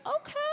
okay